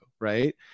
Right